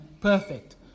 perfect